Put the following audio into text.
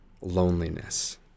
loneliness